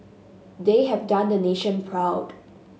they have done the nation proud